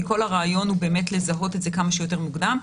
כי כל הרעיון הוא באמת לזהות את זה כמה שיותר מוקדם.